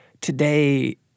Today